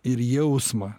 ir jausmą